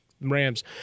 Rams